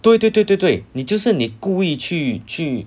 对对对对对你就是你故意去